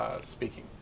speaking